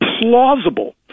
plausible